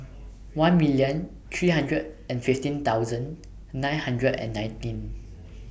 one million three hundred and fifteen thousand nine hundred and nineteen